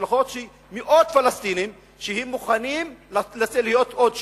ההשלכות הן שמאות פלסטינים יהיו מוכנים להיות עוד שהידים.